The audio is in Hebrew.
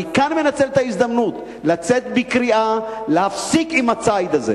אני כאן מנצל את ההזדמנות לצאת בקריאה להפסיק עם הציד הזה.